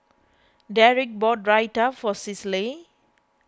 Deric bought Raita for Cicely